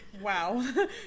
wow